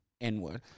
N-word